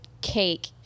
Cake